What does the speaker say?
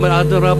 והוא אומר: אדרבה,